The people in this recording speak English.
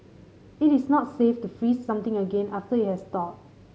it is not safe to freeze something again after it has thawed